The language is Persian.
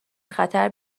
خطر